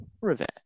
Revenge